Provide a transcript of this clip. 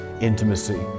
intimacy